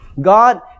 God